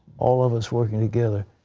all of us working together.